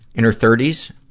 in her thirty s,